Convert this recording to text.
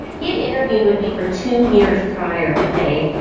he had interviewed with me for two years prior, dave.